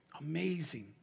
Amazing